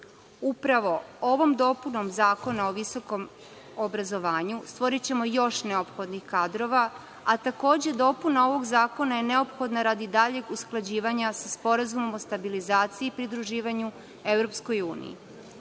Upravo ovom dopunom Zakona o visokom obrazovanju stvorićemo još neophodnih kadrova, a takođe dopuna ovog zakona je neophodna radi daljeg usklađivanja sa Sporazumom o stabilizaciji i pridruživanju